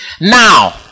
now